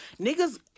niggas